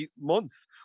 months